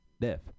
death